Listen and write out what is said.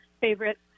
favorite